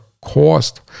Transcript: cost